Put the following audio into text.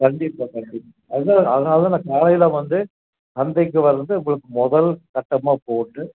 கண்டிப்பாக கண்டிப்பாக அதனால அதனால தான் நான் காலையில் வந்து அன்றைக்கு வர்றதை உங்களுக்கு முதல் கட்டமாக போட்டு